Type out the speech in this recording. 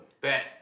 bet